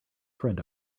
friend